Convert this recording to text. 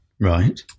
Right